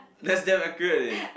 that's damn accurate eh